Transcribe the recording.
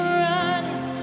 running